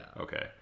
Okay